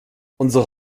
unsere